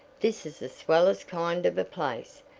this is the swellest kind of a place.